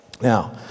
Now